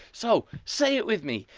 so, say it with me.